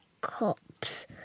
cops